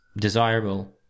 desirable